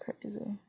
crazy